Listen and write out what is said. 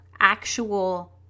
actual